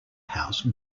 house